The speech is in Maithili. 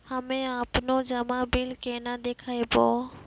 हम्मे आपनौ जमा बिल केना देखबैओ?